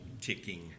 ticking